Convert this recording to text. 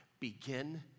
Begin